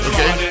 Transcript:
Okay